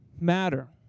matter